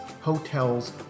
hotels